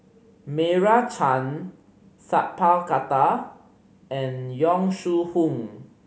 Meira Chand Sat Pal Khattar and Yong Shu Hoong